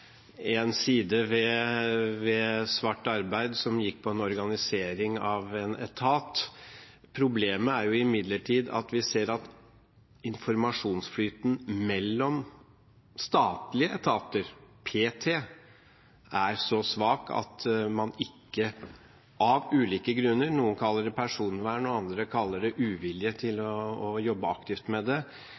en side ved svart arbeid som gikk på en organisering av en etat. Problemet er imidlertid at vi ser at informasjonsflyten mellom statlige etater p.t. er så svak at man av ulike grunner – noen kaller det personvern og andre kaller det uvilje til å jobbe aktivt med det